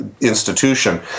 institution